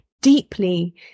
deeply